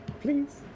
Please